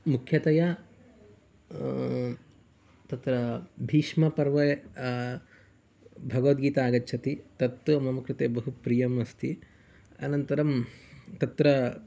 मुख्यतया तत्र भीष्मपर्वे भगवद्गीता आगच्छति तत् मम कृते बहु प्रियम् अस्ति अनन्तरं तत्र